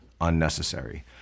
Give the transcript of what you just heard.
unnecessary